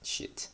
shit